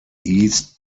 east